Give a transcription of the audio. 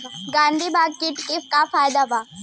गंधी बग कीट के का फायदा बा?